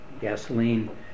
gasoline